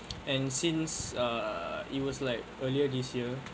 and since err it was like earlier this year